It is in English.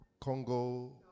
Congo